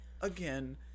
again